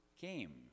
came